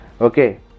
okay